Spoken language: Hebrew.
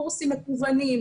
קורסים מקוונים,